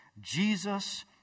Jesus